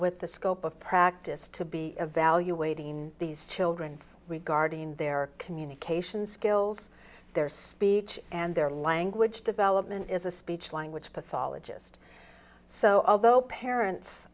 with the scope of practice to be evaluating these children regarding their communication skills their speech and their language development is a speech language pathologist so although parents